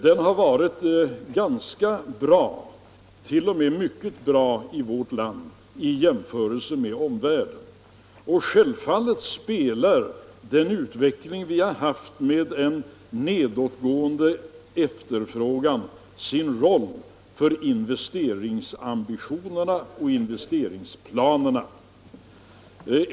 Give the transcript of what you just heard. Den har varit ganska bra, t.o.m. mycket bra, i vårt land i jämförelse med omvärlden. Självfallet spelar den utveckling vi har haft med en nedåtgående efterfrågan sin roll för investeringsam bitionerna och investeringsplanerna.